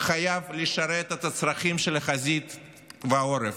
חייב לשרת את הצרכים של החזית והעורף.